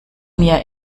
mir